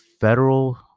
federal